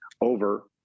over